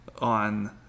on